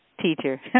teacher